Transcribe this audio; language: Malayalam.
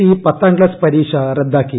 ഇ പത്താം ക്ലാസ്സ് പരീക്ഷ റദ്ദാക്കി